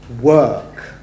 work